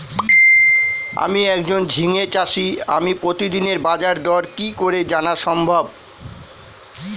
আমি একজন ঝিঙে চাষী আমি প্রতিদিনের বাজারদর কি করে জানা সম্ভব?